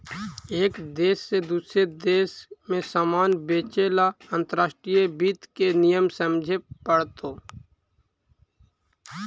एक देश से दूसरे देश में सामान बेचे ला अंतर्राष्ट्रीय वित्त के नियम समझे पड़तो